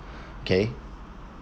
K